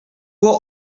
will